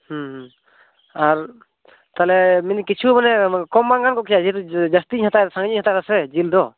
ᱟᱨ ᱛᱟᱦᱚᱞᱮ ᱢᱮᱱᱫᱟᱹᱧ ᱠᱤᱪᱷᱩ ᱢᱟᱱᱮ ᱠᱚᱢ ᱵᱟᱝ ᱜᱟᱱᱠᱚᱜ ᱠᱮᱭᱟ ᱡᱮᱦᱮᱛᱩ ᱡᱟᱹᱥᱛᱤᱧ ᱦᱟᱛᱟᱣ ᱮᱫᱟ ᱥᱟᱸᱜᱮ ᱧᱚᱜ ᱤᱧ ᱦᱟᱛᱟᱣ ᱮᱫᱟ ᱥᱮ ᱡᱤᱞ ᱫᱚ